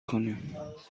کنیم